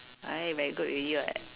I very good already [what]